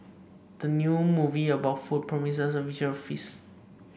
the new movie about food promises a visual feast